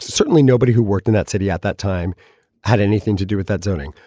certainly nobody who worked in that city at that time had anything to do with that zoning.